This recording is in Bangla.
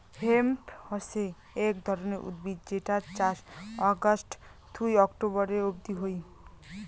হেম্প হসে এক ধরণের উদ্ভিদ যেটার চাষ অগাস্ট থুই অক্টোবরের অব্দি হই